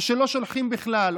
או שלא שולחים בכלל,